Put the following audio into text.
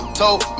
told